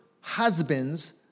husbands